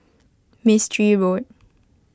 Mistri Road